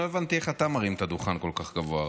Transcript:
רק לא הבנתי איך אתה מרים את הדוכן כל כך גבוה.